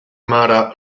mara